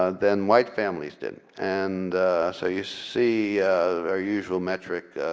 ah than white families did. and so you see their usual metric,